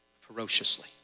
ferociously